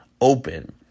open